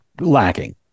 lacking